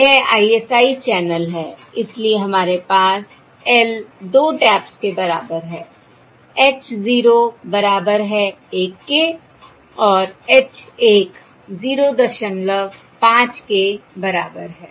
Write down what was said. यह ISI channel है इसलिए हमारे पास L 2 टैप्स के बराबर है h 0 बराबर है 1 के और h 1 05 के बराबर है